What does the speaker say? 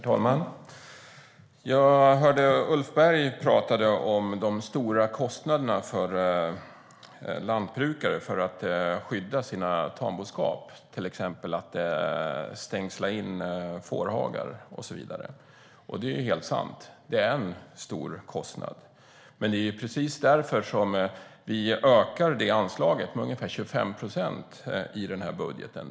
Herr talman! Jag hörde Ulf Berg prata om de stora kostnaderna för lantbrukare som behöver skydda sin tamboskap. Det kan till exempel handla om att stängsla in fårhagar och så vidare. Det är ju helt sant, för det är en stor kostnad. Det är precis därför som vi ökar det anslaget med ungefär 25 procent i den här budgeten.